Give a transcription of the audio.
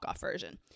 version